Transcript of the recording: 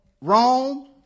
Rome